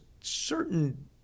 certain